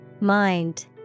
Mind